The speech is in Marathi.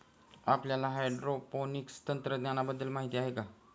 आपल्याला हायड्रोपोनिक्स तंत्रज्ञानाबद्दल माहिती आहे का?